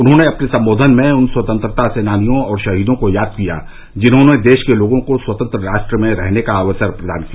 उन्होंने अपने संबोधन में उन स्वतंत्रता सेनानियों और शहीदों को याद किया जिन्होंने देश के लोगों को स्वतंत्र राष्ट्र में रहने का अवसर प्रदान किया